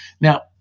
Now